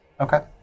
Okay